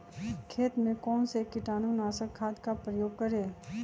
खेत में कौन से कीटाणु नाशक खाद का प्रयोग करें?